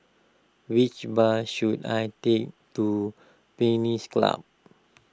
which bus should I take to Pines Club